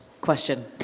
question